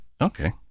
Okay